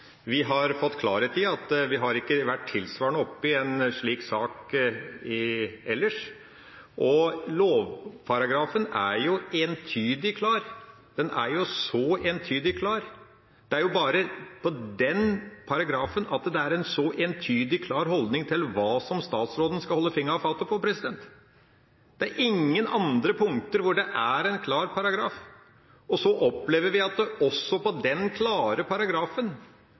Vi har fått klarhet i at vi ikke har vært oppi en tilsvarende sak. Lovparagrafen er jo entydig klar – den er jo så entydig klar. Det er bare i den paragrafen at det er en så entydig, klar holdning til hva statsråden skal holde fingrene av fatet på. Det er ingen andre punkter hvor det er en klar paragraf. Så opplever vi også når det gjelder denne klare paragrafen,